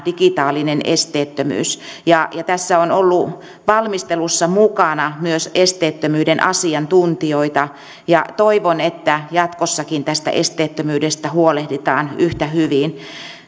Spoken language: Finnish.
digitaalinen esteettömyys ja tässä on ollut valmistelussa mukana myös esteettömyyden asiantuntijoita toivon että jatkossakin tästä esteettömyydestä huolehditaan yhtä hyvin